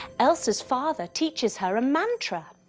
elsa's father teaches her a mantra.